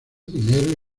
dinero